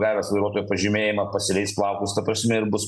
gavęs vairuotojo pažymėjimą pasileis plaukus ta prasme ir bus